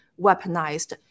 weaponized